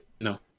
No